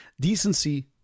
Decency